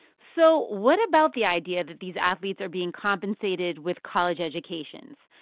so what about the idea that these athletes are being compensated with college educations?